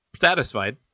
satisfied